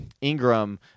Ingram